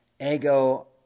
ego